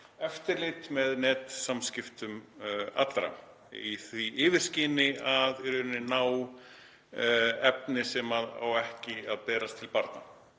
með netsamskiptum allra undir því yfirskyni að ná efni sem á ekki að berast til barna.